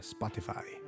Spotify